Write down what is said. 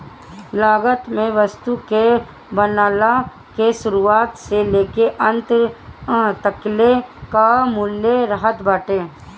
लागत में वस्तु के बनला के शुरुआत से लेके अंत तकले कअ मूल्य रहत बाटे